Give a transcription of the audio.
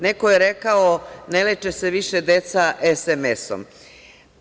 Neko je rekao – ne leče se više deca SMS-om.